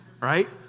right